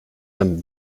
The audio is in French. âmes